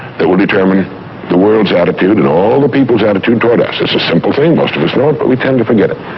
that will determine the world's attitude and all the people's attitude toward us. it's a simple thing, most of us know it, but we tend to forget it.